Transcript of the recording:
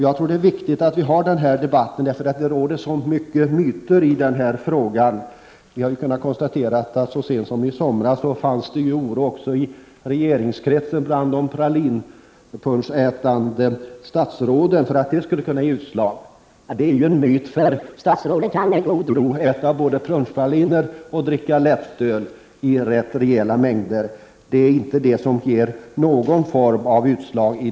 Jag tror det är viktigt med denna debatt därför att det råder så mycket myteri denna fråga. Vi kan konstatera att det så sent som i somras fanns oro i regeringskretsar bland punschpralinätande statsråd för att punschpraliner skulle ge utslag. Det är ju en myt; statsråden kan med god ro både äta punschpraliner och dricka lättöl i rätt rejäla mängder, för de ger inte utslag.